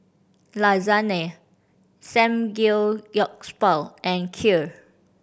Lasagne Samgeyopsal and Kheer